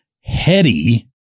heady